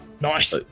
Nice